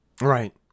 Right